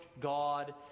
God